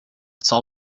遭遇